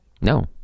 no